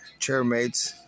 chairmates